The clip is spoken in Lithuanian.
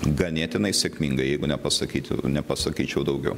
ganėtinai sėkmingai jeigu nepasakyti nepasakyčiau daugiau